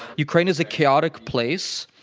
ukraine is a chaotic place,